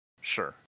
sure